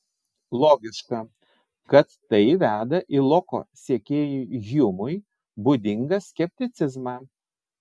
logiška kad tai veda į loko sekėjui hjumui būdingą skepticizmą